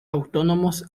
autónomos